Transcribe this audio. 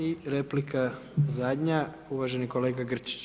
I replika zadnja, uvaženi kolega Grčić.